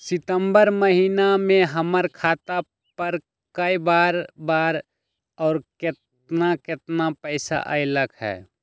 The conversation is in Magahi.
सितम्बर महीना में हमर खाता पर कय बार बार और केतना केतना पैसा अयलक ह?